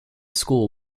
school